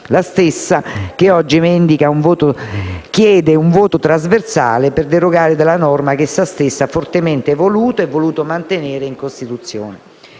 maggioranza che oggi chiede un voto trasversale per derogare dalla norma che essa stessa ha fortemente voluto e voluto mantenere in Costituzione.